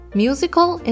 musical